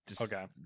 Okay